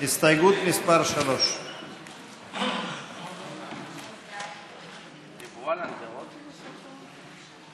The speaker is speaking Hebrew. הסתייגות מס' 3. ההסתייגות (3)